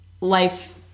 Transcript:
life